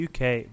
UK